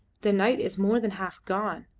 the night is more than half gone.